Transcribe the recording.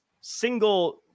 single